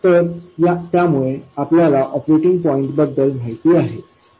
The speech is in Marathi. तर त्यामुळे आपल्याला ऑपरेटिंग पॉईंट बद्दल माहिती आहे